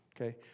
okay